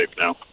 now